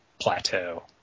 plateau